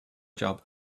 job